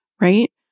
right